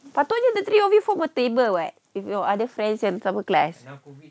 I told you the three of you form a table [what] with your other friends and sama kelas